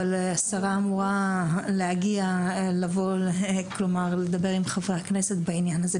אבל השרה אמורה לבוא לדבר עם חברי הכנסת בעניין הזה,